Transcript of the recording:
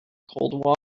cold